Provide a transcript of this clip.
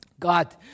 God